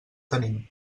tenim